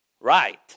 Right